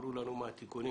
תאמרו לנו מה התיקונים.